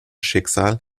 schicksal